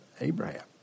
Abraham